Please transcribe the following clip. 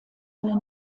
eine